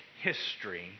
history